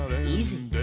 easy